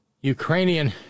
Ukrainian